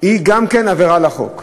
היא גם עבירה על החוק.